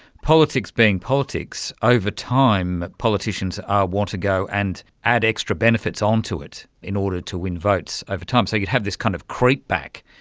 politics being politics, over time politicians want to go and add extra benefits onto it in order to win votes over time. so have this kind of creep-back,